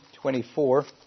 24